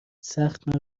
سخت